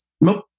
nope